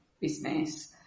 business